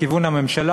מכיוון הממשלה,